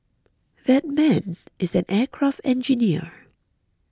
that man is an aircraft engineer